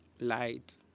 Light